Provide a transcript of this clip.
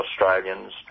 Australians